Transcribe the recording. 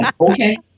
Okay